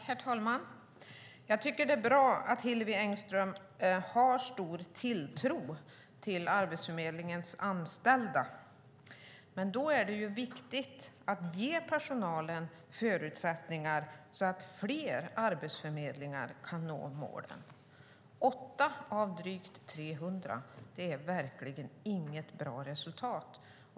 Herr talman! Jag tycker att det är bra att Hillevi Engström har stor tilltro till Arbetsförmedlingens anställda. Men då är det viktigt att ge personalen förutsättningar så att fler arbetsförmedlingar kan nå målen. Åtta av drygt 300 är verkligen inget bra resultat.